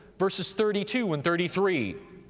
verses thirty two and thirty three.